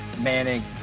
Manning